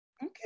Okay